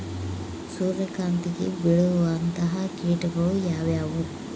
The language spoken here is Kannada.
ಸೂರ್ಯಕಾಂತಿಗೆ ಬೇಳುವಂತಹ ಕೇಟಗಳು ಯಾವ್ಯಾವು?